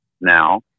now